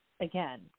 again